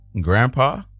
Grandpa